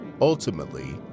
Ultimately